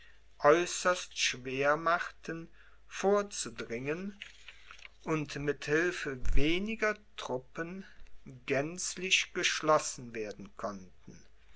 äußerst schwer machten vorzudringen und mit hilfe weniger truppen gänzlich geschlossen werden konnten